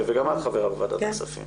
וגם את חברה בוועדת הכספים.